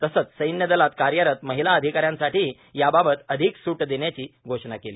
तसंच सैन्यदलात कार्यरत महिला अधिकाऱ्यांसाठीही याबाबत अधिक सुट दृष्याची घोषणा क्ली